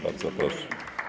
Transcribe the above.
Bardzo proszę.